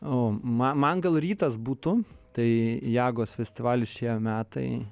o man man gal rytas būtų tai jagos festivalis šie metai